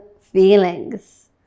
feelings